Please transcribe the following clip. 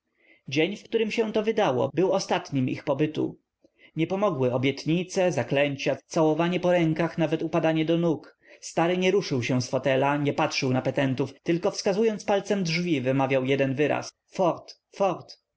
dzień w którym się to wydało był ostatnim ich pobytu nie pomogły obietnice zaklęcia całowania po rękach nawet upadanie do nóg stary nie ruszył się z fotelu nie patrzył na petentów tylko wskazując palcem drzwi wymawiał jeden wyraz fort fort